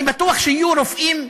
אני בטוח שיהיו רופאים,